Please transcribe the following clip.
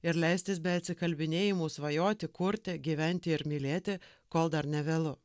ir leistis be atsikalbinėjimų svajoti kurti gyventi ir mylėti kol dar nevėlu